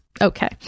okay